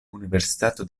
universitato